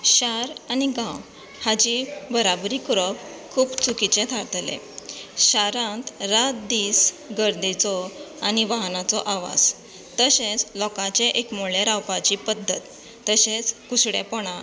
शार आनी गांव हाची बराबरी करप खूब चुकीचें थारतलें शारांत रात दीस गर्देचो आनी वाहनांचो आवाज तशेंच लोकांचे एकमुळे रावपाची पद्दत तशेंच कुसडेपणां